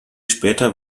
später